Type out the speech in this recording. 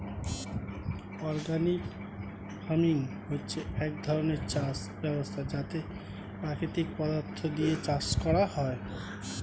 organic farming হচ্ছে এক ধরণের চাষ ব্যবস্থা যাতে প্রাকৃতিক পদার্থ দিয়ে চাষ করা হয়